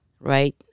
right